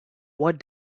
what